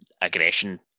aggression